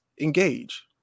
engage